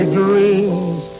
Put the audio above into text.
dreams